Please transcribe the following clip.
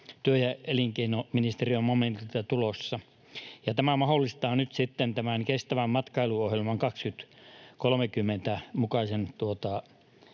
työ- ja elinkeinoministeriön momentilta tulossa, ja tämä mahdollistaa nyt sitten tämän Kestävä matkailu 2030 ‑ohjelman mukaisen